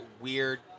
weird